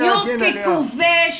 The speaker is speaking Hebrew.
אתה עכשיו מדבר בדיוק ככובש